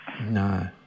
No